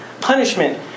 punishment